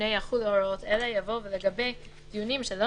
לפני "יחולו הוראות אלה" יבוא "ולגבי דיונים שלא